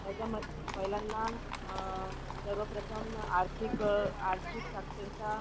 याच्यामध्ये महिलांना सर्वप्रथम आर्थिक आर्थिक साक्षरता